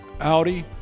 Audi